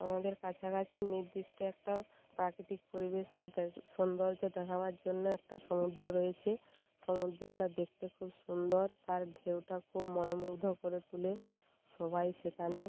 আমাদের কাছাকাছি নির্দিষ্ট একটা প্রাকৃতিক পরিবেশের দ্যা সৌন্দর্য দেখাবার জন্য একটা সমুদ্র রয়েছে সমুদ্রটা দেখতে খুব সুন্দর তার ঢেউটা খুব মনোমুগ্ধ করে তুলে সবাই সেখানে